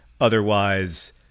otherwise